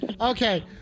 Okay